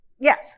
Yes